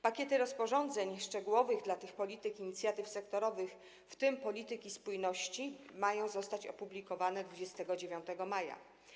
Pakiety rozporządzeń szczegółowych dla tych polityk inicjatyw sektorowych, w tym polityki spójności, mają zostać opublikowane 29 maja.